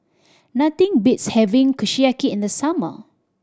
nothing beats having Kushiyaki in the summer